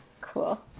Cool